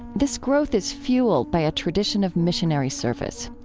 this growth is fueled by a tradition of missionary service.